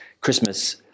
Christmas